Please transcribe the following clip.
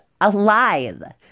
Alive